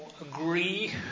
agree